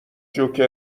جوکر